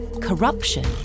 corruption